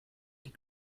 die